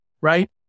right